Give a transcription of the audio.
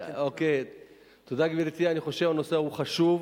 אוקיי, תודה, גברתי, אני חושב שהנושא הוא חשוב.